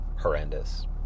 horrendous